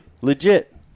Legit